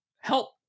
help